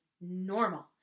normal